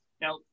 Now